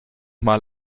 mal